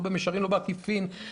לא במישרין ולא בעקיפין,